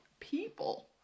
people